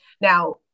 Now